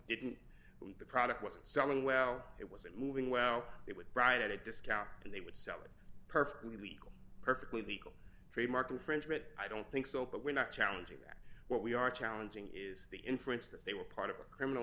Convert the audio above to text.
know the product wasn't selling well it wasn't moving wow it would bright at a discount and they would sell it perfectly legal perfectly legal trademark infringement i don't think so but we're not challenging that what we are challenging is the inference that they were part of a criminal